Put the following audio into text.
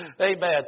Amen